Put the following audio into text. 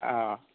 औ